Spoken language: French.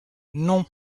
non